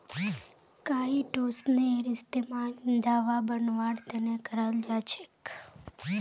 काईटोसनेर इस्तमाल दवा बनव्वार त न कराल जा छेक